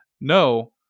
No